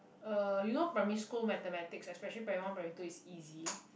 uh you know primary school mathematics especially primary one primary two is easy